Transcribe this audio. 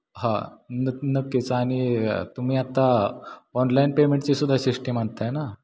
हा नक् नक्कीच आणि तुम्ही आत्ता ऑनलाईन पेमेंटचीसुद्धा सिस्टीम आणत आहे ना